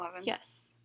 yes